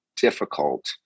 difficult